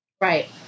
Right